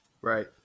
right